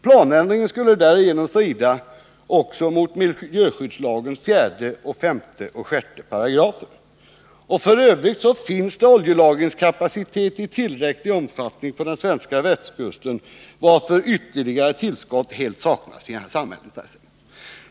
Planändringen skulle därigenom strida också mot miljöskyddslagens 4-6 §§. F. ö. finns det oljelagringskapacitet i tillräcklig omfattning på den svenska västkusten, varför ytterligare tillskott helt saknar samhällsintresse.